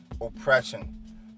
oppression